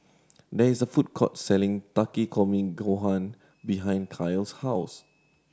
there is a food court selling Takikomi Gohan behind Kael's house